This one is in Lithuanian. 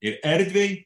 ir erdvei